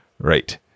Right